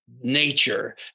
nature